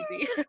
easy